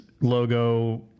logo